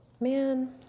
Man